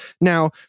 Now